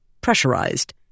pressurized